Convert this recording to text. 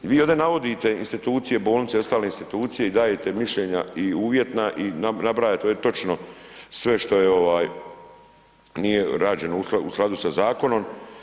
I vi ovdje navodite institucije, bolnice i ostale institucije i dajete mišljenja i uvjetna i nabrajate, ove točno sve što nije rađeno u skladu sa zakonom.